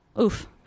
Oof